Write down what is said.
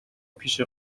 پیش